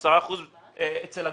10 אחוזים אצל הגברים.